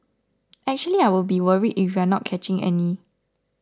actually I would be worried if we're not catching any